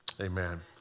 Amen